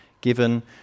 given